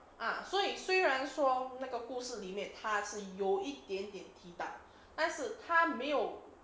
啊所以虽然说那个故事里面他是有一点点替代但是他没有